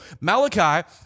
Malachi